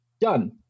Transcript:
done